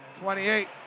28